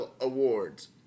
awards